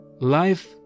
life